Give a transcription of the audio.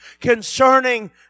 concerning